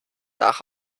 nach